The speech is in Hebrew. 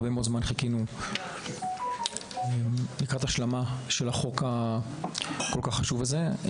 הרבה מאוד זמן חיכינו לקראת ההשלמה של החוק החשוב הזה.